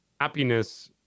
happiness